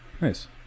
Nice